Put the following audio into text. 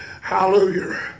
Hallelujah